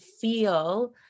feel